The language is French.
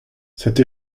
cette